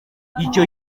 icyo